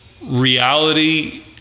reality